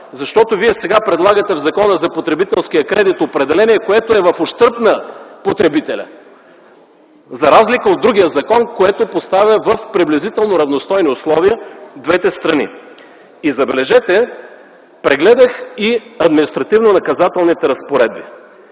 защото сега в Закона за потребителския кредит предлагате определение, което е в ущърб на потребителя, за разлика от другия закон, което поставя в приблизително равностойни условия двете страни. Прегледах и административнонаказателните разпоредби.